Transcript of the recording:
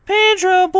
Pedro